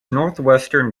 northwestern